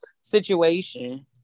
situation